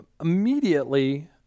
immediately